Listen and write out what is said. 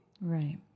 Right